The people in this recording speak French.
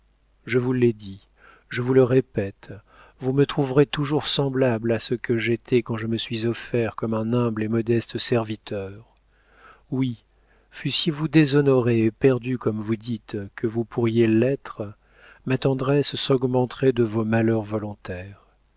je vous l'ai dit je vous le répète vous me trouverez toujours semblable à ce que j'étais quand je me suis offert comme un humble et modeste serviteur oui fussiez-vous déshonorée et perdue comme vous dites que vous pourriez l'être ma tendresse s'augmenterait de vos malheurs volontaires